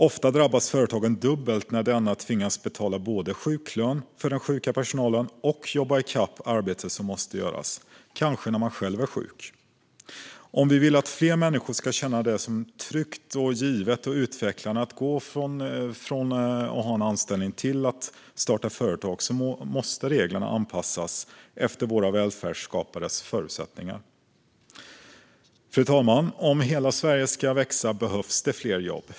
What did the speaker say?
Ofta drabbas företagaren dubbelt när denna tvingas betala både sjuklön för den sjuka personalen och jobba i kapp det arbete som måste göras, kanske när man själv är sjuk. Om vi vill att fler människor ska känna det som ett tryggt, givet och utvecklande steg att gå från att ha en anställning till att starta företag måste reglerna anpassas efter våra välfärdsskapares förutsättningar. Fru talman! Om hela Sverige ska växa behövs det fler jobb.